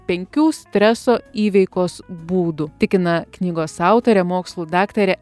penkių streso įveikos būdų tikina knygos autorė mokslų daktarė